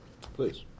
Please